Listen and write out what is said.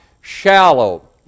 shallow